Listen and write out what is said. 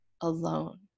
alone